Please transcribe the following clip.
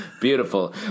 beautiful